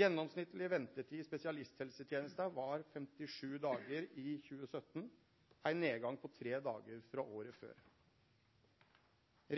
Gjennomsnittleg ventetid i spesialisthelsetenesta var 57 dagar i 2017 – ein nedgang på tre dagar frå året før.